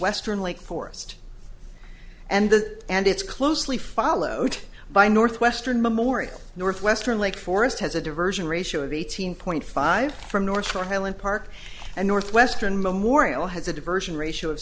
western lake forest and the and its closely followed by northwestern memorial northwestern lake forest has a diversion ratio of eighteen point five from north to highland park and northwestern memorial has a diversion ratio